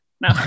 No